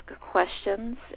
questions